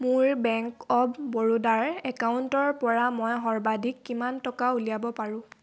মোৰ bank of বৰোদাৰ একাউণ্টৰ পৰা মই সৰ্বাধিক কিমান টকা উলিয়াব পাৰোঁ